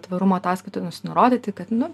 tvarumo ataskaitoj nurodyti kad nu